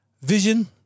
Vision